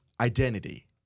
identity